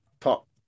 top